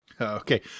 Okay